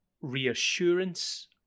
reassurance